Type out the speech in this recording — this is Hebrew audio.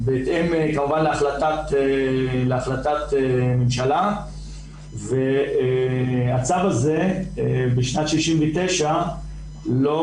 בהתאם כמובן להחלטת ממשלה והצו הזה בשנת 1969 לא...